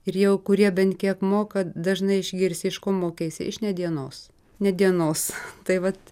ir jau kurie bent kiek moka dažnai išgirsi iš ko mokeisi iš nė dienos nė dienos tai vat